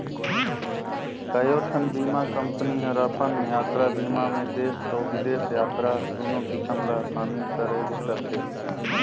कयोठन बीमा कंपनी हर अपन यातरा बीमा मे देस अउ बिदेस यातरा दुनो किसम ला समिल करे रथे